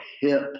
hip